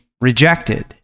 rejected